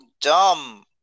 dumb